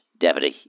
Deputy